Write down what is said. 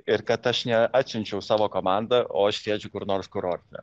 ir kad aš neatsiunčiau savo komandą o aš sėdžiu kur nors kurorte